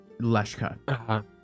Leshka